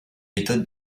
méthode